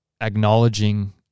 acknowledging